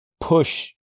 push